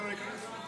לא נותנים לו להיכנס.